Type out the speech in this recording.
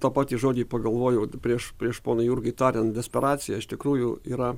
tą patį žodį pagalvojau prieš prieš poniai jurgai tariant desperacija iš tikrųjų yra